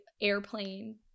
airplane